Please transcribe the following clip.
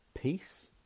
peace